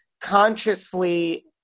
consciously